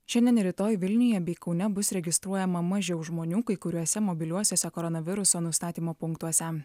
šiandien ir rytoj vilniuje bei kaune bus registruojama mažiau žmonių kai kuriuose mobiliuosiuose koronaviruso nustatymo punktuose